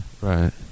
Right